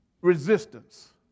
resistance